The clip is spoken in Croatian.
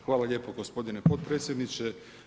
Hvala lijepo gospodine potpredsjedniče.